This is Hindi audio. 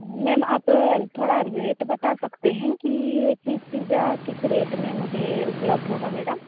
मैम आप थोड़ा रेट बता सकते हैं कि ये चीज पीजा किस रेट में मुझे उपलब्ध होगा मैडम